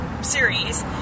series